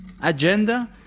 agenda